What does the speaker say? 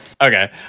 Okay